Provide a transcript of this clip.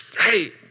hey